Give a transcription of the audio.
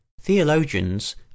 Theologians